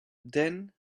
then